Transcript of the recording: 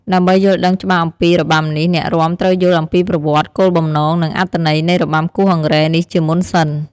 ដើម្បីយល់ដឹងច្បាស់អំពីរបាំនេះ អ្នករាំត្រូវយល់អំពីប្រវត្តិ, គោលបំណង, និងអត្ថន័យនៃរបាំគោះអង្រែនេះជាមុនសិន។